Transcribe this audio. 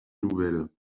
nouvelles